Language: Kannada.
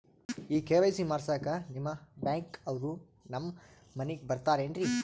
ಈ ಕೆ.ವೈ.ಸಿ ಮಾಡಸಕ್ಕ ನಿಮ ಬ್ಯಾಂಕ ಅವ್ರು ನಮ್ ಮನಿಗ ಬರತಾರೆನ್ರಿ?